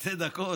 ושתי דקות?